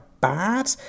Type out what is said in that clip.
bad